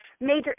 major